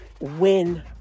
win